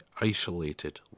isolated